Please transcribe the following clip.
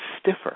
stiffer